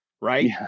right